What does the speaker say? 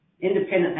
independent